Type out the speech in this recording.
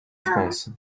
france